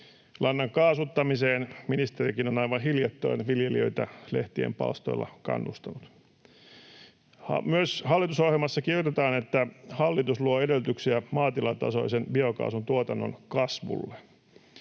Lannan kaasuttamiseen ministerikin on aivan hiljattain viljelijöitä lehtien palstoilla kannustanut. Hallitusohjelmassa myös kirjoitetaan, että hallitus luo edellytyksiä maatilatasoisen biokaasun tuotannon kasvulle.